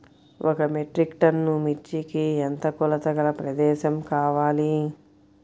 ఒక metric ton మిర్చికి ఎంత కొలతగల ప్రదేశము కావాలీ?